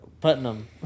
Putnam